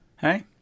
hey